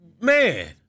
man